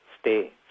stay